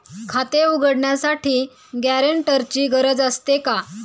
खाते उघडण्यासाठी गॅरेंटरची गरज असते का?